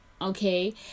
okay